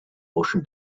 motion